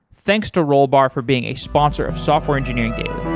thanks to rollbar for being a sponsor of software engineering daily